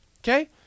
Okay